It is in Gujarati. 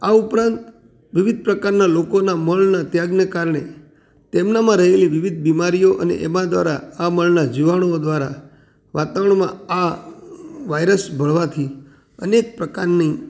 આ ઉપરાંત વિવિધ પ્રકારના લોકોના મળના ત્યાગના કારણે તેમના માં રહેલી વિવિધ બીમારીઓ અને એમા દ્વારા આ મળના જીવાણુ દ્રારા વાતાવરણમાં આ વાયરસ ભળવાથી અનેક પ્રકારની